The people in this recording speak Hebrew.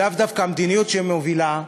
ולאו דווקא המדיניות שהיא מובילה,